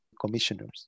commissioners